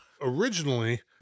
Originally